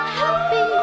happy